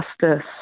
justice